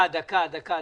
בסדר, הבנו.